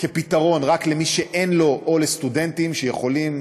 כפתרון רק למי שאין לו או לסטודנטים שיכולים